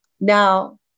Now